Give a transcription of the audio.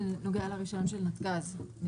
זה נוגע לרישיון של נתג"ז.